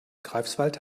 greifswald